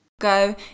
go